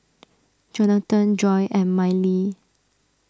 Johathan Joy and Mylie